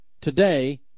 Today